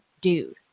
dude